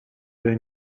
been